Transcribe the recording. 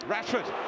Rashford